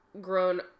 grown